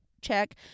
Check